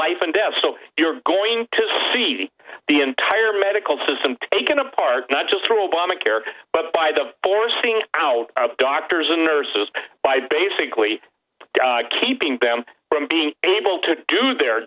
life and death so you're going to see the entire medical system taken apart not just through obamacare but by the forcing out of doctors and nurses by basically keeping them from being able to do their